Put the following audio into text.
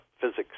physics